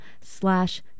slash